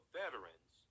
veterans